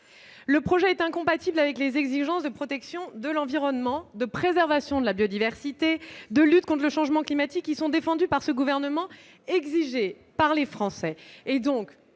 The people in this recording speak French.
Ce projet est incompatible avec les exigences de protection de l'environnement, de préservation de la biodiversité et de lutte contre le changement climatique qui sont défendues par ce gouvernement et exigées par les Français. Je le